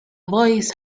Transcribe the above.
voice